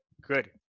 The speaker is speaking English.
good